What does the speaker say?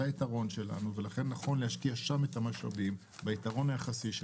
זה היתרון שלנו ולכן נכון להשקיע שם את המשאבים שלנו ביתרון היחסי שלנו.